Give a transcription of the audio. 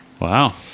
Wow